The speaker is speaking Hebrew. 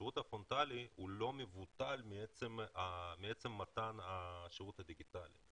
השירות הפרונטלי הוא לא מבוטל מעצם מתן השירות הדיגיטלי.